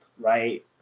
right